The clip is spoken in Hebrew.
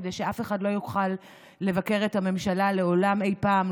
כדי שאף אחד לא יוכל לבקר את הממשלה לעולם אי פעם,